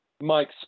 Mike